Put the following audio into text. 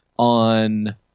on